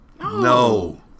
No